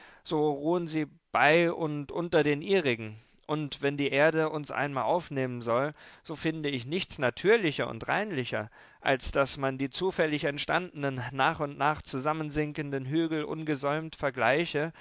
so ruhen sie bei und unter den ihrigen und wenn die erde uns einmal aufnehmen soll so finde ich nichts natürlicher und reinlicher als daß man die zufällig entstandenen nach und nach zusammensinkenden hügel ungesäumt vergleiche